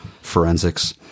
forensics